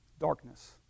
darkness